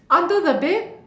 under the bed